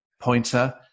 pointer